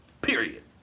Period